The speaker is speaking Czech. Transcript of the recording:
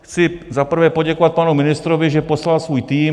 Chci za prvé poděkovat panu ministrovi, že poslal svůj tým.